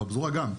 בפזורה גם,